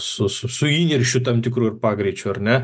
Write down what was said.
su su su įniršiu tam tikru ir pagreičiu ar ne